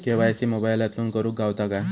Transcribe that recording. KYC मोबाईलातसून करुक गावता काय?